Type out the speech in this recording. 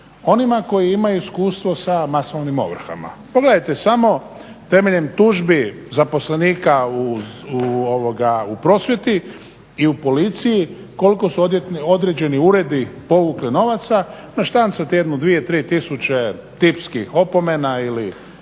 onima koji imaju iskustvo s masovnim ovrhama. Pogledajte samo temeljem tužbi zaposlenika u prosvjeti i u policiji koliko su određeni uredi povukli novaca, naštancajte jednu, dvije, tri tisuće tipskih opomena ili